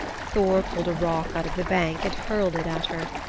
thor pulled a rock out of the bank and hurled it at her.